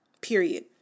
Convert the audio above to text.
period